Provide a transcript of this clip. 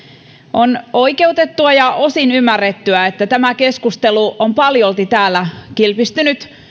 on oikeutettua ja osin ymmärrettyä että tämä keskustelu on paljolti täällä kilpistynyt